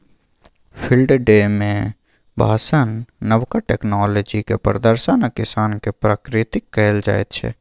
field day मे भाषण, नबका टेक्नोलॉजीक प्रदर्शन आ किसान केँ पुरस्कृत कएल जाइत छै